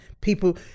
people